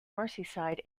merseyside